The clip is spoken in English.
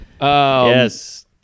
Yes